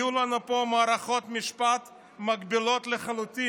יהיו לנו פה מערכות משפט מקבילות לחלוטין.